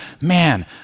Man